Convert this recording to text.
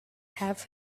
have